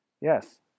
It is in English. Yes